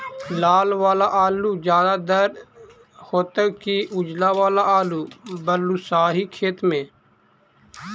लाल वाला आलू ज्यादा दर होतै कि उजला वाला आलू बालुसाही खेत में?